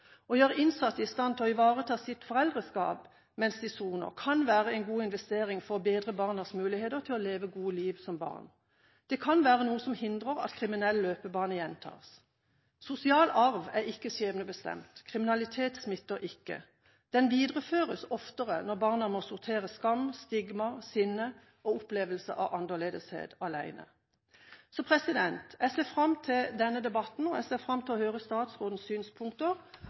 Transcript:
Å gjøre innsatte i stand til å ivareta sitt foreldreskap mens de soner, kan være en god investering for å bedre barnas muligheter til å leve gode liv som barn. Det kan være noe som hindrer at en kriminell løpebane gjentas. Sosial arv er ikke skjebnebestemt. Kriminalitet smitter ikke, den videreføres oftere når barna må sortere skam, stigma, sinne og opplevelse av å være annerledes, alene. Jeg ser fram til denne debatten, og jeg ser fram til å høre statsrådens synspunkter